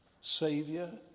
Savior